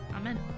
Amen